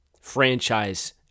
Franchise